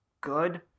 good